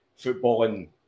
footballing